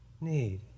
need